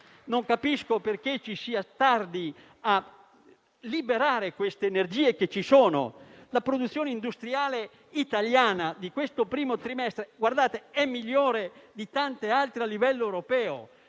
Non capisco perché si tardi a liberare queste energie, che ci sono. La produzione industriale italiana di questo primo trimestre è migliore di tante altre a livello europeo.